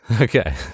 Okay